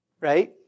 right